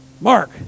Mark